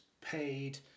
paid